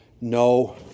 no